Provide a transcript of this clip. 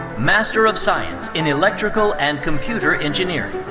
master of science in electrical and computer engineering.